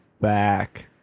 back